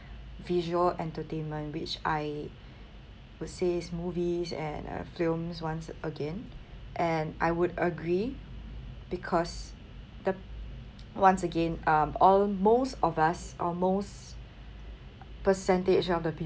visual entertainment which I would say it's movies and uh films once again and I would agree because the once again um all most of us or most percentage of the people